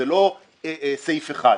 זה לא סעיף אחד.